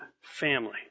family